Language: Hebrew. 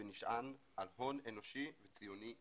ונשען על הון אנושי וציוני מופלא.